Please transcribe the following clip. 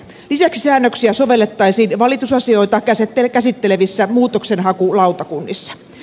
lisäksi säännöksiä sovellettaisiin valitusasioita käsittelevissä muutoksenhakulautakunnissa